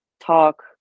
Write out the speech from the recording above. talk